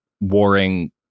warring